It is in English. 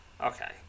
Okay